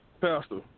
Pastor